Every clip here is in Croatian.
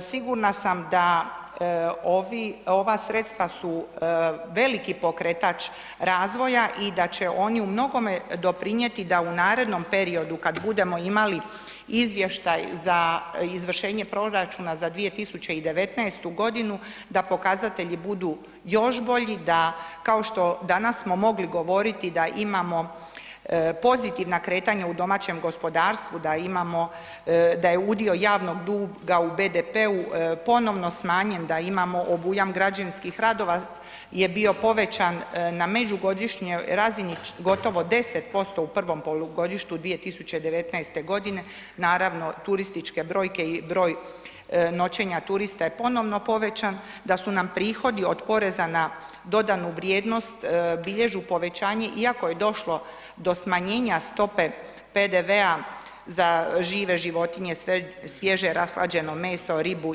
Sigurna sam da ovi, ova sredstva su veliki pokretač razvoja i da će oni u mnogome doprinjeti da u narednom periodu kad budemo imali izvještaj za izvršenje proračuna za 2019.g. da pokazatelji budu još bolji, da kao što danas smo mogli govoriti da imamo pozitivna kretanja u domaćem gospodarstvu, da imamo, da je udio javnog duga u BDP-u ponovno smanjen, da imamo obujam građevinskih radova je bio povećan na međugodišnjoj razini gotovo 10% u prvom polugodištu 2019.g., naravno turističke brojke i broj noćenja turista je ponovno povećan, da su nam prihodi od poreza na dodanu vrijednost bilježu povećanje iako je došlo do smanjenja stope PDV-a za žive životinje, svježe rashlađeno meso, ribu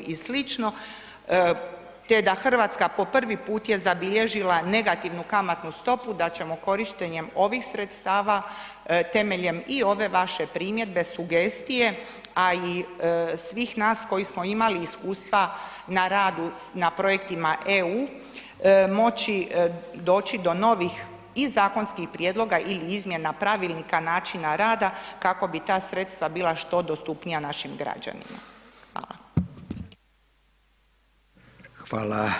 i slično, te da RH po prvi put je zabilježila negativnu kamatnu stopu da ćemo korištenjem ovih sredstava temeljem i ove vaše primjedbe, sugestije, a i svih nas koji smo imali iskustva na radu na projektima EU, moći doći do novih i zakonskih prijedloga i izmjena pravilnika načina rada kako bi ta sredstva bila što dostupnija našim građanima, hvala.